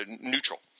neutral